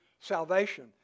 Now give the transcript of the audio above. salvation